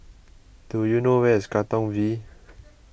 do you know where is Katong V